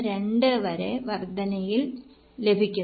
12 വരെ വർധനയിൽ ലഭിക്കുന്നത്